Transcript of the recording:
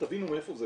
תבינו מאיפה זה